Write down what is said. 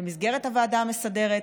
במסגרת הוועדה המסדרת,